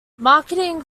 marketing